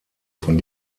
von